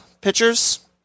pitchers